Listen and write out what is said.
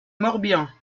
morbihan